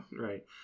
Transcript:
right